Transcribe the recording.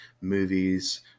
movies